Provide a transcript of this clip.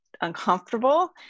uncomfortable